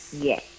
Yes